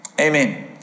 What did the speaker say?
Amen